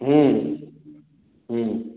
हम्म हम्म